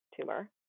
tumor